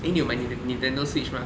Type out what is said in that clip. eh 你有买 nin~ Nintendo switch mah